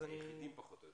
הם היחידים פחות או יותר.